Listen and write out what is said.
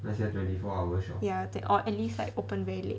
ya or at least like open very late